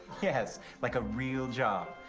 yes, like a real job.